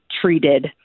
treated